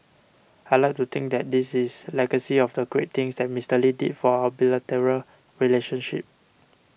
I'd like to think that this is legacy of the great things that Mister Lee did for our bilateral relationship